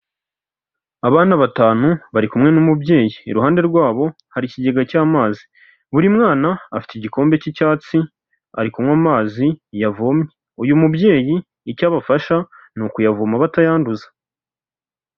Abana batanu bari kumwe n'umubyeyi, iruhande rwabo hari ikigega cy'amazi, buri mwana afite igikombe cy'icyatsi ari kunywa amazi yavomye, uyu mubyeyi icyo abafasha ni ukuyavoma batayanduza.